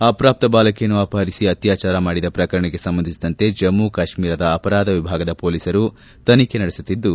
ಅಪ್ರಾಪ್ತ ಬಾಲಕಿಯನ್ನು ಅಪಹರಿಸಿ ಅತ್ವಾಚಾರ ಮಾಡಿದ ಪ್ರಕರಣಕ್ಕೆ ಸಂಬಂಧಿಸಿದಂತೆ ಜಮ್ಮ ಕಾಶ್ಮೀರದ ಅಪರಾಧ ವಿಭಾಗದ ಪೊಲೀಸರು ತನಿಖೆ ನಡೆಸಿದ್ದು